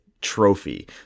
trophy